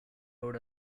road